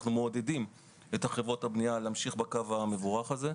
אנחנו מעודדים את חברות הבנייה להמשיך בקו המבורך הזה.